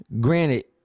granted